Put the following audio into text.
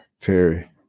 Terry